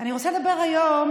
אני רוצה לדבר היום